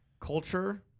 Culture